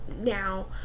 now